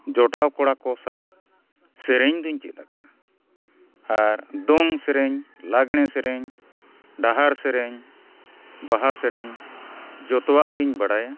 ᱡᱚᱴᱟᱣ ᱠᱚᱲᱟ ᱠᱚ ᱥᱟᱞᱟᱜ ᱥᱮᱨᱮᱧ ᱫᱩᱧ ᱪᱮᱫ ᱟᱠᱟᱫᱼᱟ ᱟᱨ ᱫᱚᱝ ᱥᱮᱨᱮᱧ ᱞᱟᱜᱽᱬᱮ ᱥᱮᱨᱮᱧ ᱰᱟᱦᱟᱨ ᱥᱮᱨᱮᱧ ᱵᱟᱦᱟ ᱥᱮᱨᱮᱧ ᱡᱚᱛᱚᱣᱟᱜ ᱜᱤᱧ ᱵᱟᱰᱟᱭᱟ